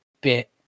bit